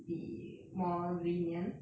be more lenient